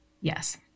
Yes